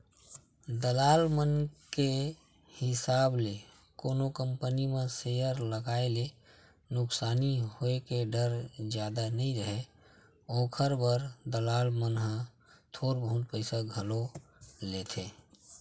दलाल मन के हिसाब ले कोनो कंपनी म सेयर लगाए ले नुकसानी होय के डर जादा नइ राहय, ओखर बर दलाल मन ह थोर बहुत पइसा घलो लेथें